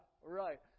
right